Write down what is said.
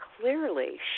clearly